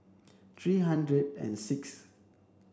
three hundred and sixth